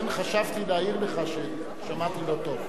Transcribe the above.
לכן חשבתי להעיר לך ששמעתי לא טוב.